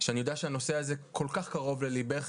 שאני יודע שהנושא הזה כל כך קרוב לליבך,